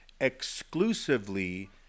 exclusively